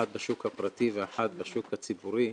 אחת בשוק הפרטי ואחת בשוק הציבורי,